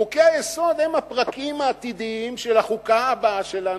חוקי-היסוד הם הפרקים העתידיים של החוקה הבאה שלנו,